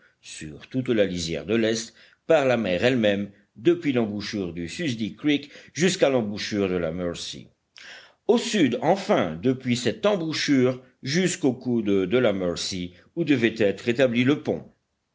sur toute la lisière de l'est par la mer elle-même depuis l'embouchure du susdit creek jusqu'à l'embouchure de la mercy au sud enfin depuis cette embouchure jusqu'au coude de la mercy où devait être établi le pont